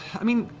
i mean,